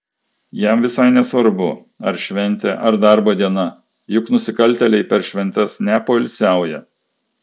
jam visai nesvarbu ar šventė ar darbo diena juk nusikaltėliai per šventes nepoilsiauja